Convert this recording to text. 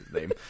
name